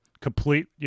complete